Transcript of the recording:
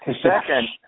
Second